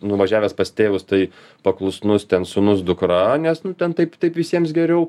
nuvažiavęs pas tėvus tai paklusnus ten sūnus dukra nes nu ten taip taip visiems geriau